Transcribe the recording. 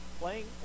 playing